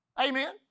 Amen